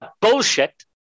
bullshit